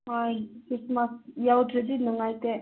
ꯍꯣꯏ ꯈ꯭ꯔꯤꯁꯃꯥꯁ ꯌꯥꯎꯗ꯭ꯔꯗꯤ ꯅꯨꯡꯉꯥꯏꯇꯦ